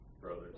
Brothers